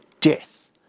Death